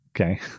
Okay